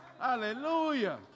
hallelujah